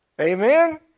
Amen